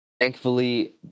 Thankfully